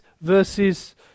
verses